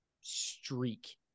streak